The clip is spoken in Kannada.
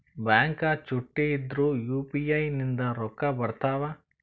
ಬ್ಯಾಂಕ ಚುಟ್ಟಿ ಇದ್ರೂ ಯು.ಪಿ.ಐ ನಿಂದ ರೊಕ್ಕ ಬರ್ತಾವಾ?